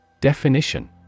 Definition